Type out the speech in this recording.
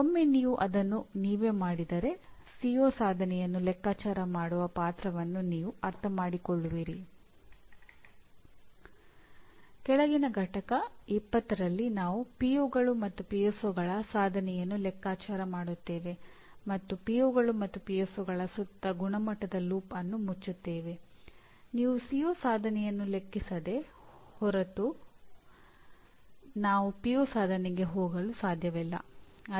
ಒಮ್ಮೆ ನೀವು ಅದನ್ನು ನೀವೇ ಮಾಡಿದರೆ ಸಿಒ ಸಾಧನೆಯನ್ನು ಲೆಕ್ಕಾಚಾರ ಮಾಡುವ ಪಾತ್ರವನ್ನು ನೀವು ಅರ್ಥಮಾಡಿಕೊಳ್ಳುವಿರಿ ಕೆಳಗಿನ ಪಠ್ಯ 20ರಲ್ಲಿ ನಾವು ಪಿಒಗಳು ಸಾಧನೆಗೆ ಹೋಗಲು ಸಾಧ್ಯವಿಲ್ಲ